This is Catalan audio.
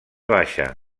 baixa